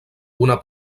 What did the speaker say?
una